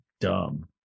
dumb